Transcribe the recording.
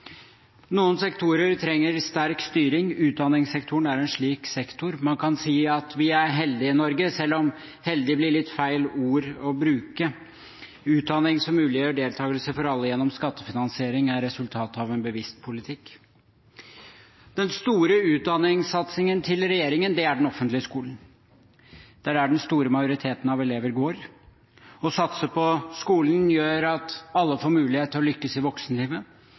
Noen sektorer trenger sterk styring. Utdanningssektoren er en slik sektor. Man kan si at vi er heldige i Norge, selv om «heldig» blir et litt feil ord å bruke. Utdanning som muliggjør deltakelse for alle gjennom skattefinansiering, er resultatet av en bevisst politikk. Den store utdanningssatsingen til regjeringen er den offentlige skolen. Det er der den store majoriteten av elevene går. Å satse på skolen gjør at alle får mulighet til å lykkes i voksenlivet,